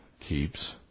keeps